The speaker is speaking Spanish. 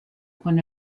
con